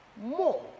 More